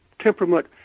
temperament